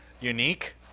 unique